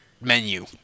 menu